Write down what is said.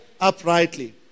uprightly